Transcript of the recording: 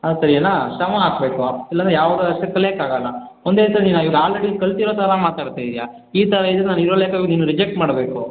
ಸರಿನಾ ಶ್ರಮ ಹಾಕಬೇಕು ಇಲ್ಲಾಂದ್ರೆ ಯಾವ್ದೂ ಅಷ್ಟೆ ಕಲಿಯೋಕೆ ಆಗಲ್ಲ ಒಂದೇ ಸರಿ ಇವಾಗ ನೀನು ಆಲ್ರೆಡಿ ಕಲ್ತಿರೋನ ಥರ ಮಾತನಾಡ್ತಾಯಿದ್ದೀಯ ಈ ಥರ ಇದ್ದರೆ ನಾನು ಇವಾಗಿನ ಲೆಕ್ಕದಲ್ಲಿ ನಿನ್ನನ್ನ ರೆಜೆಚ್ಟ್ ಮಾಡ್ಬೇಕು